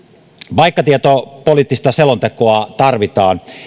paikkatietopoliittista selontekoa tarvitaan